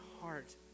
heart